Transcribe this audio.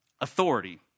authority